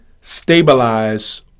stabilize